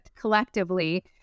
collectively